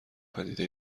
پدیده